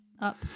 up